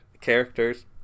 characters